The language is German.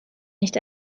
nicht